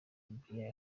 brian